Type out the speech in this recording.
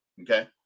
okay